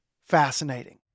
fascinating